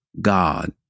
God